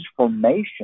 transformation